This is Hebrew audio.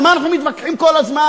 על מה אנחנו מתווכחים כל הזמן?